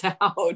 out